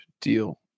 deal